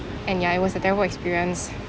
and ya it was a terrible experience